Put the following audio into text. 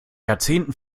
jahrzehnten